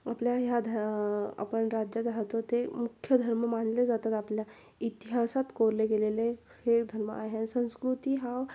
आपल्या ह्या ध आपण राज्यात राहातो ते मुख्य धर्म मानले जातात आपल्या इतिहासात कोरले गेलेले हे धर्म आहे संस्कृती हा